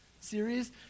series